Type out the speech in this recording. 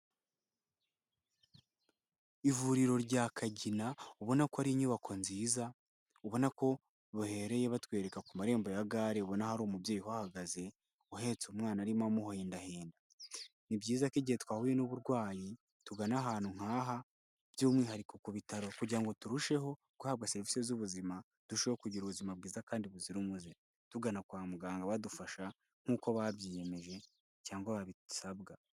Ivuriro rya Kagina, ubona ko ari inyubako nziza, ubona ko bahereye batwereka ku marembo ya gare, ubona hari umubyeyi uhahagaze, uhetse umwana arimo amuhendahenda, ni byiza ko igihe twahuye n'uburwayi tugana ahantu nk'aha by'umwihariko ku bitaro, kugira ngo turusheho guhabwa serevisi z'ubuzima, turushaho kugira ubuzima bwiza kandi buzira umuze, tugana kwa muganga badufasha nk'uko babyiyemeje cyangwa babisabwa.